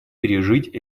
пережить